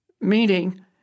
meaning